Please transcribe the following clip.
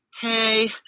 Hey